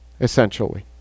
essentially